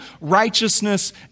righteousness